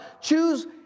Choose